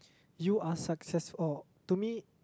you are success or to me